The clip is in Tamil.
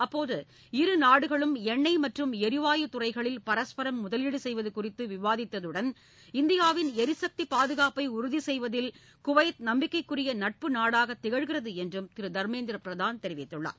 அப்போது இருநாடுகளும் எண்ணெய் மற்றும் எரிவாயுத் துறைகளில் பரஸ்பரம் முதலீடு செய்வது குறித்து விவாதித்துடன் இந்தியாவின் எரிசக்தி பாதுகாப்பை உறுதி செய்வதில் குவைத் நம்பிக்கைக்குரிய நட்பு நாடாகத் திகழ்கிறது என்றும் திரு தர்மேந்திர பிரதான் தெரிவித்துள்ளார்